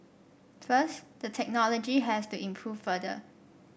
first the technology has to improve further